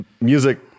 music